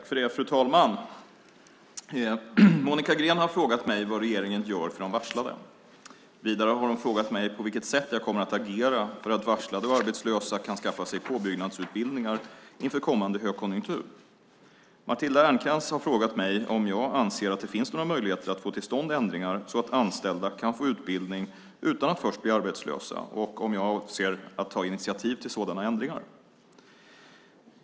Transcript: Fru talman! Monica Green har frågat mig vad regeringen gör för de varslade. Vidare har hon frågat mig på vilket sätt jag kommer att agera för att varslade och arbetslösa kan skaffa sig påbyggnadsutbildningar inför kommande högkonjunktur. Matilda Ernkrans har frågat mig om jag anser att det finns några möjligheter att få till stånd ändringar så att anställda kan få utbildning utan att först bli arbetslösa och om jag avser att ta initiativ till sådana ändringar.